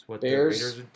Bears